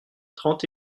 trente